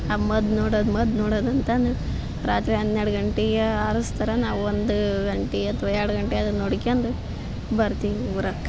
ಆ ಮದ್ದು ನೋಡದು ಮದ್ದು ನೋಡದು ಅಂತಂದರೆ ರಾತ್ರಿ ಹನ್ನೆರಡು ಗಂಟಿಗ ಹಾರಸ್ತಾರ ನಾವು ಒಂದು ಗಂಟೆ ಅಥ್ವಾ ಎರಡು ಗಂಟೆ ಅದನ್ನ ನೋಡ್ಕ್ಯಂದು ಬರ್ತೀವಿ ಊರಕ್ಕ